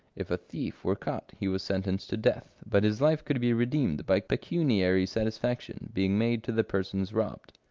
if a thief were caught, he was sentenced to death, but his life could be redeemed by pecuniary satisfaction being made to the persons robbed.